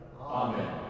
Amen